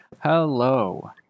Hello